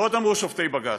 ועוד אמרו שופטי בג"ץ: